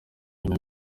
nyuma